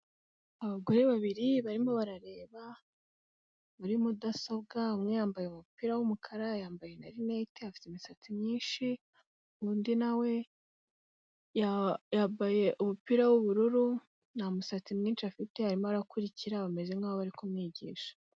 Abagore babiri barimo barareba muri mudasobwa, umwe yambaye umupira w'umukara, yambaye na linete, afite imisatsi myinshi, undi nawe yambaye umupira w'ubururu nta musatsi mwinshi afite, arimo arakurikira bameze nk'aho bari kumwigisha.